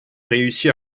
réussit